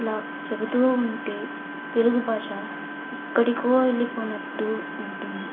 ఇలా చెబుతూ ఉంటే తెలుగు భాష ఎక్కడికో వెళిపోయినట్టు ఉంటుంది